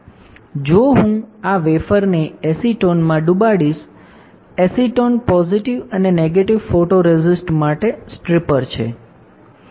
જો હું આ વેફરને એસીટોનમાં ડૂબાવું છું એસીટોન પોઝિટિવ અને નેગેટિવ ફોટોરેસિસ્ટ માટે સ્ટ્રિપર છે